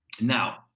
Now